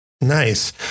Nice